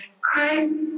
Christ